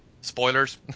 Spoilers